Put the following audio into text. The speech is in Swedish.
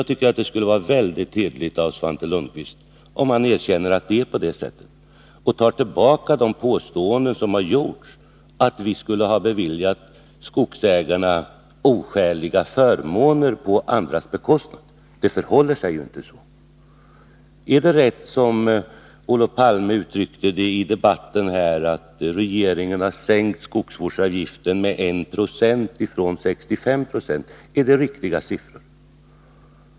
Det skulle vara väldigt hyggligt av Svante Lundkvist, om han erkände att det är på det sättet och tog tillbaka det påstående som han gjorde om att vi skulle ha beviljat skogsägarna oskäliga förmåner på andras bekostnad. Det förhåller sig ju inte så. Är det riktigt som Olof Palme påstod i debatten att regeringen har sänkt skogsvårdsavgiften med 1 960 från 65 96?